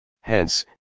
Hence